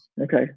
Okay